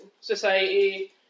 society